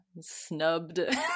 snubbed